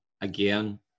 again